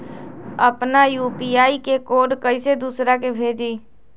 अपना यू.पी.आई के कोड कईसे दूसरा के भेजी?